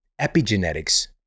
epigenetics